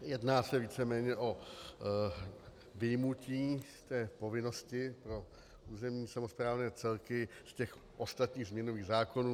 Jedná se víceméně o vyjmutí z povinnosti pro územní samosprávné celky z ostatních změnových zákonů.